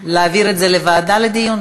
להעביר את זה לוועדה לדיון?